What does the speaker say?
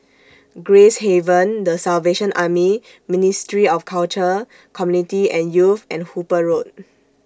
Gracehaven The Salvation Army Ministry of Culture Community and Youth and Hooper Road